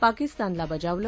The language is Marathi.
पाकिस्तानला बजावलं